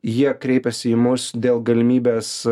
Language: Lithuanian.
jie kreipėsi į mus dėl galimybės